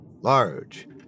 large